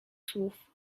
słów